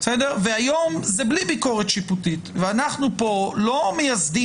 היום זה בלי ביקורת שיפוטית ואנחנו כאן לא מייסדים